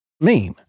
meme